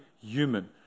human